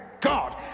God